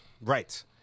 right